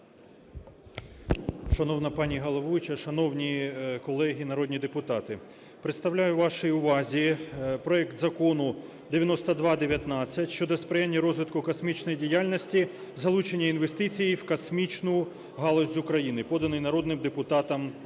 Шановна пані головуюча, шановні колеги народні депутати! Представляю вашій увазі проект Закону 9219 – щодо сприяння розвитку космічної діяльності, залученню інвестицій в космічну галузь України, поданий народним депутатом Тетеруком.